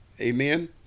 Amen